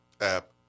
app